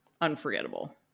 unforgettable